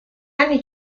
anni